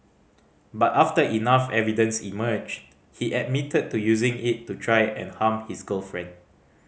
but after enough evidence emerged he admitted to using it to try and harm his girlfriend